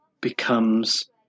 becomes